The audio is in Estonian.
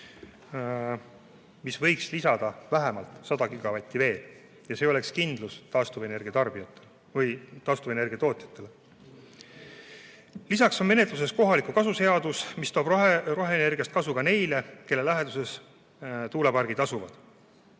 see võiks lisada vähemalt 100 gigavatti veel ja see oleks kindlus taastuvenergia tootjatele. Lisaks on menetluses kohaliku kasu seadus, mis toob roheenergiast kasu ka neile, kelle läheduses tuulepargid asuvad.